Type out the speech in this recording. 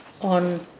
on